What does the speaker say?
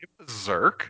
zerk